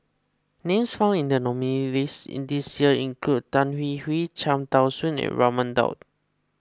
names found in the nominees in this year include Tan Hwee Hwee Cham Tao Soon and Raman Daud